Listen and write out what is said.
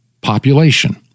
population